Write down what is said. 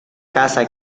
casa